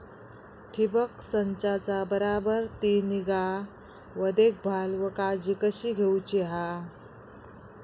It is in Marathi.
ठिबक संचाचा बराबर ती निगा व देखभाल व काळजी कशी घेऊची हा?